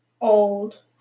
Old